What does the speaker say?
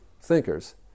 thinkers